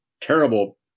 terrible